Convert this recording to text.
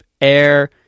air